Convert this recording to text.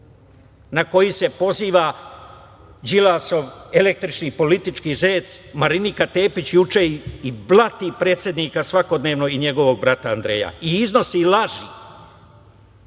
na koji se poziva Đilasov električni politički zec Marinika Tepić juče i blati predsednika svakodnevno i njegovog brata Andreja i iznosi laži?